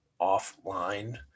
offline